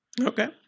Okay